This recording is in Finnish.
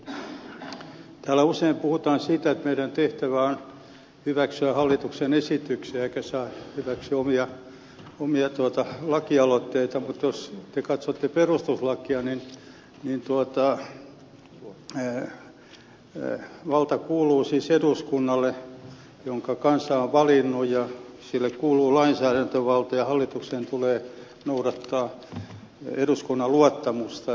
täällä usein puhutaan siitä että meidän tehtävämme on hyväksyä hallituksen esityksiä eikä saa hyväksyä omia lakialoitteita mutta jos te katsotte perustuslakia niin valta kuuluu siis eduskunnalle jonka kansa on valinnut ja sille kuuluu lainsäädäntövalta ja hallituksen tulee nauttia eduskunnan luottamusta